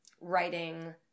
writing